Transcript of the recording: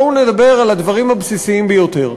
בואו נדבר על הדברים הבסיסיים ביותר,